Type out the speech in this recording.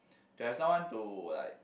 there are someone to like